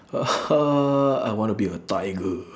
uh I wanna be a tiger